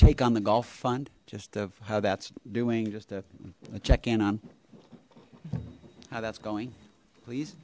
take on the gulf fund just of how that's doing just a check in on how that's going please